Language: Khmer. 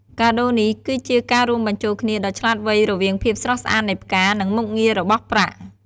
កាដូនេះ គឺជាការរួមបញ្ចូលគ្នាដ៏ឆ្លាតវៃរវាងភាពស្រស់ស្អាតនៃផ្កា និងមុខងាររបស់ប្រាក់។